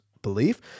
belief